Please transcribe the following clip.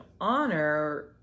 honor